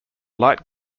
light